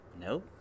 No